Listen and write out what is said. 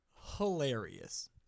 hilarious